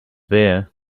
there